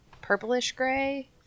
purplish-gray